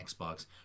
Xbox